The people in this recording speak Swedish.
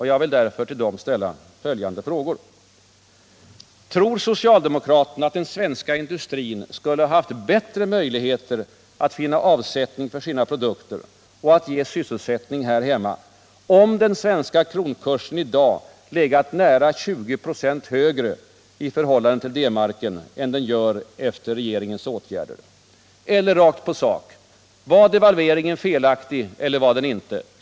Jag vill därför till dem ställa följande frågor: Tror socialdemokraterna att den svenska industrin skulle ha haft bättre möjligheter att finna avsättning för sina produkter och att ge sysselsättning här i Sverige, om den svenska kronan i dag legat nära 20 96 högre i förhållande till D-marken än den gör efter regeringens åtgärder? Eller rakt på sak: Var devalveringen felaktig eller var den det inte?